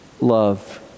love